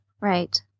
Right